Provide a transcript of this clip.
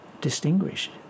distinguish